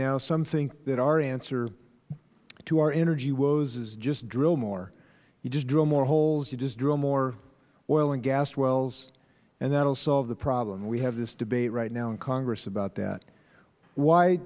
now some think that our answer to our energy woes is just drill more you just drill more holes you just drill more oil and gas wells and that will solve the problem we have this debate right now in congress about that why